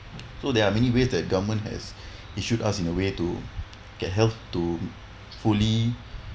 so there are many ways that government has issued us in a way to get health to fully